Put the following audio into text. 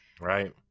right